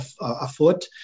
afoot